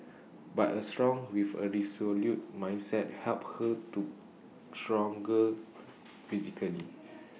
but A strong with A resolute mindset helped her to stronger physically